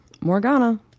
Morgana